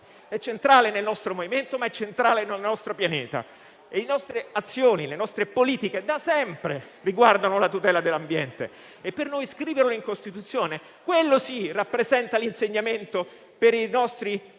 è centrale nel nostro movimento, ma anche nel nostro pianeta. Le nostre azioni, le nostre politiche da sempre riguardano la tutela dell'ambiente e per noi scriverlo in Costituzione, rappresenta un insegnamento per i nostri ragazzi